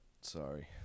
Sorry